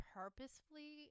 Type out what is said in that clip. purposefully